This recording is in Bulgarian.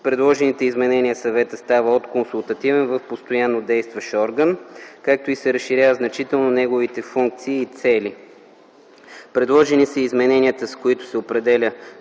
предложените изменения Съветът става от Консултативен в постоянно действащ орган и се разширяват значително неговите функции и цели. Предложени са и изменения, с които се определят